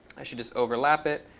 i should just overlap it,